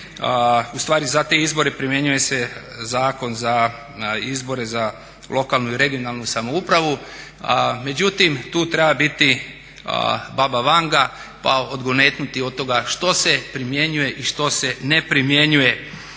ustvari za te izbore primjenjuje se Zakon za izbore za lokalnu i regionalnu samoupravu. Međutim, tu treba biti baba Vanga pa odgonetnuti od toga što se primjenjuje i što se ne primjenjuje.